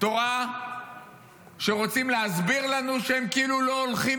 תורה שרוצים להסביר לנו שהם כאילו לא הולכים